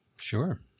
Sure